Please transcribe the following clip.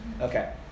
Okay